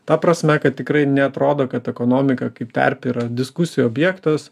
ta prasme kad tikrai neatrodo kad ekonomika kaip terpė yra diskusijų objektas